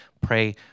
pray